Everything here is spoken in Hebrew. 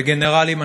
לגנרלים,